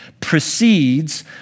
precedes